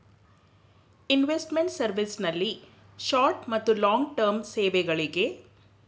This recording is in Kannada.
ಇನ್ವೆಸ್ಟ್ಮೆಂಟ್ ಸರ್ವಿಸ್ ನಲ್ಲಿ ಶಾರ್ಟ್ ಮತ್ತು ಲಾಂಗ್ ಟರ್ಮ್ ಸೇವೆಗಳಿಗೆ